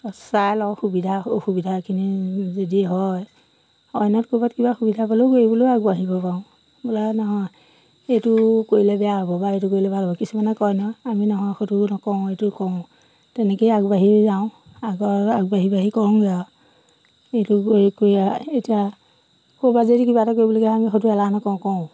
চাই লওঁ সুবিধা অসুবিধাখিনি যদি হয় অন্যত ক'ৰবাত কিবা সুবিধা পালেও কৰিবলৈও আগবাঢ়িব পাৰোঁ বোলে নহয় এইটো কৰিলে বেয়া হ'ব বা এইটো কৰিলে ভাল হ'ব কিছুমানে কয় নহয় আমি নহয় সেইটো নকৰো এইটো কৰো তেনেকেই আগবাঢ়ি যাওঁ আগৰ আগবাঢ়ি বাঢ়ি কৰোঁগৈ আৰু এইটো কৰি কৰি এতিয়া ক'ৰবাত যদি কিবা এটা কৰিবলগীয়া হয় আমি সেইটো এলাহ নকৰো কৰো